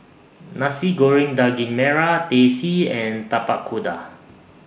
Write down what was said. Nasi Goreng Daging Merah Teh C and Tapak Kuda